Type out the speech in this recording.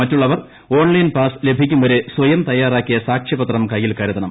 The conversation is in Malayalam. മറ്റുള്ളവർ ഓൺലൈൻ പാസ് ലഭിക്കുംവരെ സ്വയം തയ്യാറാക്കിയ സാക്ഷ്യപത്രം കയ്യിൽ കരുതണം